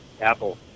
Apple